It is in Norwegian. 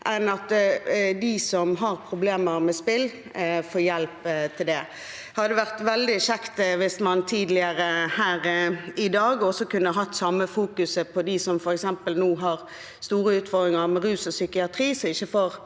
enn at de som har problemer med spill, får hjelp med det. Det hadde vært veldig kjekt hvis man tidligere her i dag også kunne hatt det samme fokuset på dem som nå har store utfordringer med rus og psykiatri,